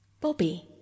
Bobby